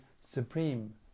supreme